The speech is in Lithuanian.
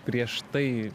prieš tai